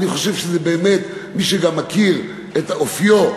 אני חושב שמי שגם מכיר את אופיו,